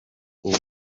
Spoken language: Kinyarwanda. uwo